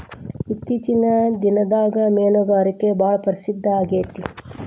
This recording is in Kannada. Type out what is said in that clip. ಇತ್ತೇಚಿನ ದಿನದಾಗ ಮೇನುಗಾರಿಕೆ ಭಾಳ ಪ್ರಸಿದ್ದ ಆಗೇತಿ